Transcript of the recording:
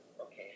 Okay